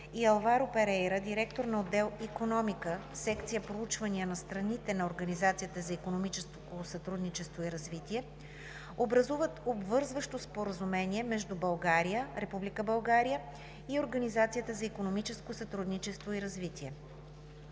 и Алваро Перейра, директор на отдел „Икономика“, секция „Проучвания на страните“ на Организацията за икономическо сътрудничество и развитие, образуват обвързващо споразумение между Република България и Организацията за икономическо сътрудничество и развитие.